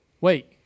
Wait